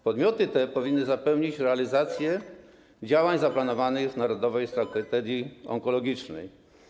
Podmioty te powinny zapewnić realizację działań zaplanowanych w Narodowej Strategii Onkologicznej.